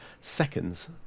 seconds